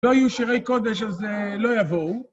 לא יהיו שירי קודש אז לא יבואו.